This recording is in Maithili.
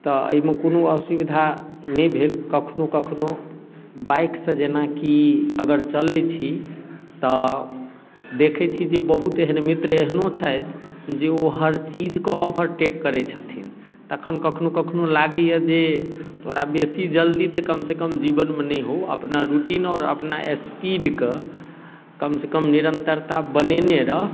तऽ एहिमे कोनो असुविधा नहि भेल कखनो कखनो बाइक सऽ जेनाकि अगर चलै छी तऽ देखै छी जे बहुत एहन मित्र एहनो छथि जे ओ हर चीजके औभर टेक करै छथिन तखन कखनो कखनो लागैया जे बड़ा बेसी जल्दी तऽ कम सऽ कम जीवनमे नहि हो अपना रुटीन आओर अपना स्पीड के कम सऽ कम निरन्तरता बनेने रऽह